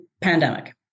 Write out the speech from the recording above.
pandemic